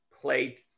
played